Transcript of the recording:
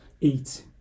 Eat